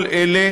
כל אלה